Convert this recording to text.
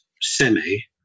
semi